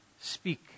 Speak